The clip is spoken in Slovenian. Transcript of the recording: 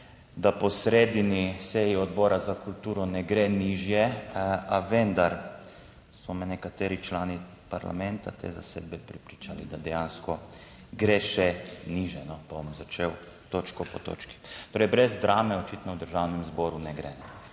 da po sredini seji Odbora za kulturo ne gre nižje, a vendar so me nekateri člani parlamenta te zasedbe prepričali, da dejansko gre še nižje. No, pa bom začel točko po točki. Torej, brez drame očitno v Državnem zboru ne gre.